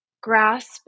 grasp